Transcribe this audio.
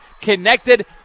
Connected